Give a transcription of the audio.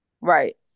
Right